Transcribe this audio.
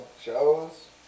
shows